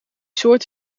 soort